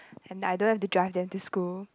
and I don't have to drive them to school